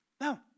No